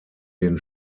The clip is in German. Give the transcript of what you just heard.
den